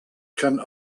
can